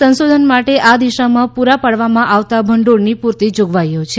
સંશોધન માટે આ દિશામાં પૂરા પાડવામાં આવતા ભંડોળની પૂરતી જોગવાઈઓ છે